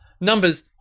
numbers